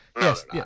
Yes